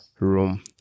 room